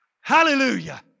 Hallelujah